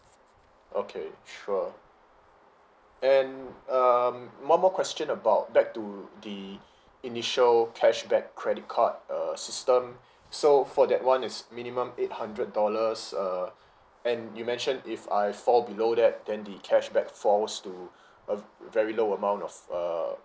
okay sure and um one more question about back to the initial cashback credit card uh system so for that [one] is minimum eight hundred dollars uh and you mentioned if I fall below that then the cashback falls to a v~ a very low amount of err